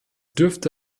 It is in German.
dürfte